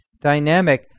dynamic